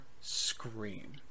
scream